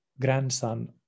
grandson